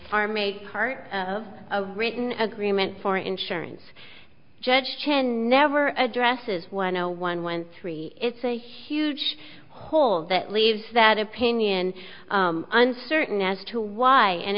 are made part of a written agreement for insurance judge to never addresses one zero one one three it's a huge hole that leaves that opinion uncertain as to why an